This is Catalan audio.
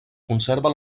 conserva